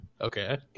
Okay